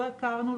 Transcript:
לא הכרנו,